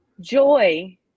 joy